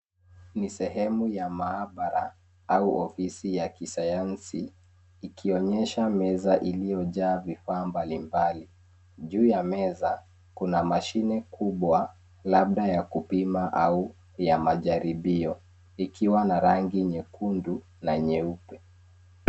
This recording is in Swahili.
Ni sehemu ya maabara au ofisi ya kisayansi, ikionyesha meza iliyojaa vifaa mbalimbali. Juu ya meza, kuna mashine kubwa, labda ya kupima au ya majaribio, ikiwa na rangi nyekundu na nyeupe.